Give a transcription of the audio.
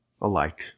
alike